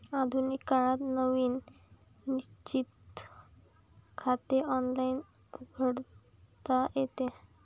आधुनिक काळात नवीन निश्चित खाते ऑनलाइन उघडता येते